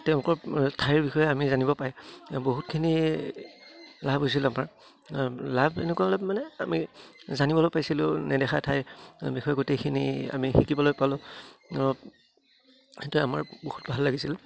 তেওঁলোকৰ ঠাইৰ বিষয়ে আমি জানিব পায় বহুতখিনি লাভ হৈছিল আমাৰ লাভ এনেকুৱা লাভ মানে আমি জানিবলৈ পাইছিলোঁ নেদেখা ঠাইৰ বিষয়ে গোটেইখিনি আমি শিকিবলৈ পালোঁ সেইটোৱে আমাৰ বহুত ভাল লাগিছিল